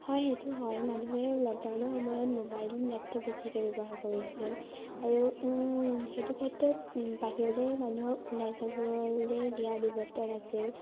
হয় সেইটো হয় মানুহে লকডাউনৰ সময়ত মোবাইল লেপটপ বেছিকৈ ব্যৱহাৰ কৰি আছিল আৰু সেইটো ক্ষেত্ৰত মানুহে বাহিৰলৈ মানুহক ওলাই যাবলৈ দিয়া ব্যৱস্থা নাছিল